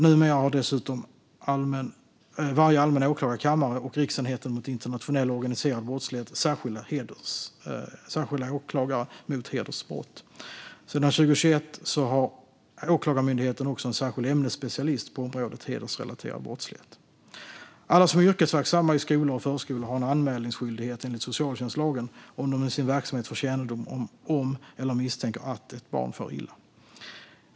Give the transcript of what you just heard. Numera har dessutom varje allmän åklagarkammare och Riksenheten mot internationell och organiserad brottslighet särskilda åklagare för hedersbrott. Sedan 2021 har Åklagarmyndigheten också en särskild ämnesspecialist på området hedersrelaterad brottslighet. Alla som är yrkesverksamma i skolor och förskolor har en anmälningsskyldighet enligt socialtjänstlagen om de i sin verksamhet får kännedom om eller misstänker att ett barn far illa.